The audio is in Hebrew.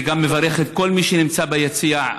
וגם את כל מי שנמצא ביציע,